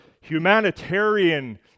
humanitarian